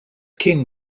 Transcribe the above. king